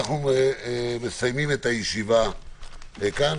אנחנו מסיימים את הישיבה כאן.